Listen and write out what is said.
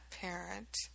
parent